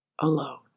alone